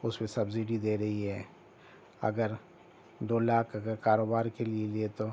اس پہ سبسڈی دے رہی ہے اگر دو لاکھ اگر کاروبار کے لیے دیے تو